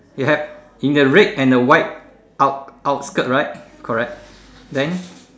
you have in the red and the white out~ outskirt right correct then